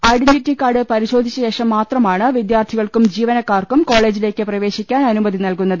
identity card പരിശോധിച്ചശേഷം മാത്രമാണ് വിദ്യാർത്ഥികൾക്കും ജീവനക്കാർക്കും കോളേജിലേക്ക് പ്രവേശി ക്കാൻ അനുമതി നൽകുന്നത്